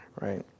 right